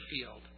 field